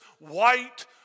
white